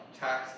tax